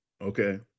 Okay